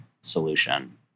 solution